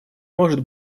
может